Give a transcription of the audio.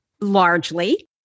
largely